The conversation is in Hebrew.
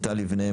טל לבנה,